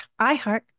iHeart